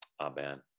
Amen